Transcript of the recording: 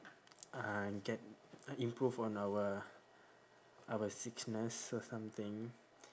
uh can uh improve on our our sickness or something